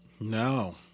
No